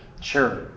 Sure